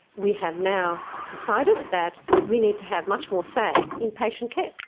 we have now decided that we need to have much more say in patient care.